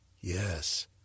Yes